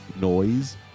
noise